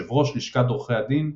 יושב ראש לשכת עורכי הדין,